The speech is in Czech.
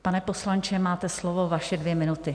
Pane poslanče, máte slovo, vaše dvě minuty.